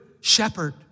shepherd